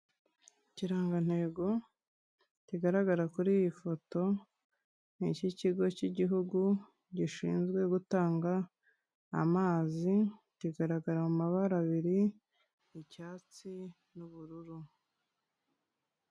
Ikirangantego kigaragara kuri iyi foto, ni icy'ikigo cy'igihugu gishinzwe gutanga amazi, kigaragara mu mabara abiri, icyatsi n'ubururu.